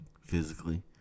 physically